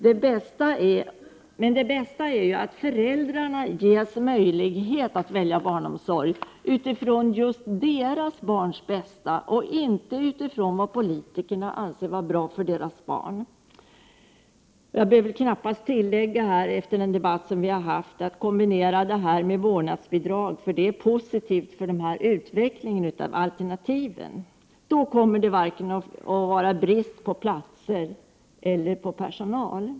Det bästa är att föräldrarna ges möjlighet att välja barnomsorg utifrån just deras barns bästa och inte utifrån vad politiker anser vara bra för deras barn. Jag behöver väl knappast, efter den debatt vi har haft, tillägga att det skulle vara positivt för utvecklingen av dessa alternativ att kombinera dem med ett vårdnadsbidrag. Då kommer det inte att vara brist på vare sig personal eller platser.